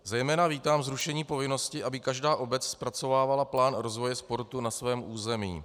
Zejména vítám zrušení povinnosti, aby každá obec zpracovávala plán rozvoje sportu na svém území.